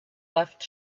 left